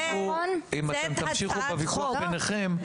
אם אתן תמשיכו בוויכוח ביניכן,